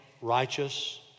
righteous